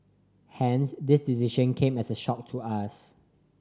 hence this decision came as a shock to us